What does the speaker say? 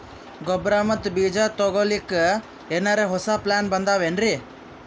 ಗೊಬ್ಬರ ಮತ್ತ ಬೀಜ ತೊಗೊಲಿಕ್ಕ ಎನರೆ ಹೊಸಾ ಪ್ಲಾನ ಬಂದಾವೆನ್ರಿ?